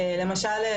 למשל,